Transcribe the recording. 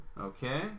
Okay